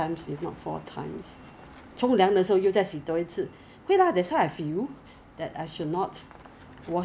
but yeah but one thing Face Shop 我已经很久没有用了 lah but 以前我洗我有用 Face Shop 的时候我就觉得他的 products not bad lah 我觉得 um